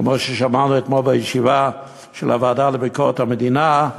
כמו ששמענו אתמול בישיבה של הוועדה לביקורת המדינה,